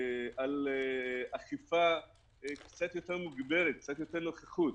על אכיפה קצת יותר מוגברת, קצת יותר נוכחות,